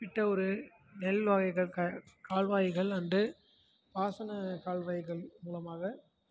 குறிப்பிட்ட ஒரு நெல் வகைகள் கால்வாய்கள் அண்ட் பாசன கால்வாய்கள் மூலமாக